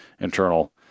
internal